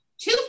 Two